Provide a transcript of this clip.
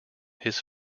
his